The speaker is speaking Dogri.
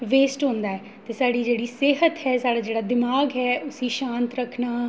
वेस्ट होंदा ऐ ते साढ़ी जेह्ड़ी सेह्त ऐ साढ़ा जेह्ड़ा दमाग ऐ उसी शांत रक्खना